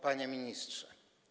Panie Ministrze!